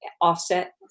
offset